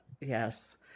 yes